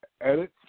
edit